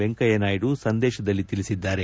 ವೆಂಕಯ್ಯನಾಯ್ಡ್ ಸಂದೇಶದಲ್ಲಿ ತಿಳಿಸಿದ್ದಾರೆ